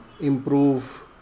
improve